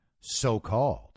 so-called